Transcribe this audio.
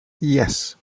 yes